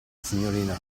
signorina